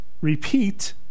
repeat